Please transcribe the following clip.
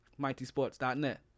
MightySports.net